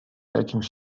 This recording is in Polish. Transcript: jakimś